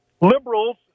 liberals